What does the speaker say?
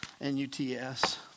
N-U-T-S